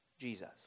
Jesus